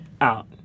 out